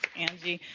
angie.